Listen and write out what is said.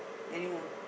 anymore